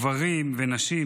גברים ונשים,